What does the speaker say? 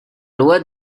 loi